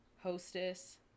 Hostess